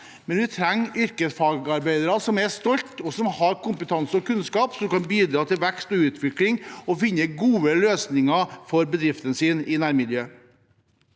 men vi trenger yrkesfagarbeidere som er stolte, og som har kompetanse og kunnskap som kan bidra til vekst og utvikling og å finne gode løsninger for bedriften sin i nærmiljøet.